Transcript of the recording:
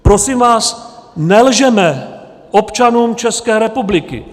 Prosím vás, nelžeme občanům České republiky!